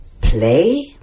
play